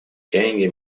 чаяния